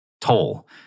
toll